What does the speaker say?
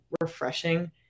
refreshing